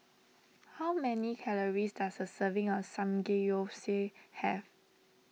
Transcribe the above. how many calories does a serving of Samgeyopsal have